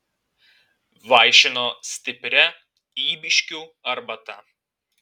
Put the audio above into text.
vaišino stipria ybiškių arbata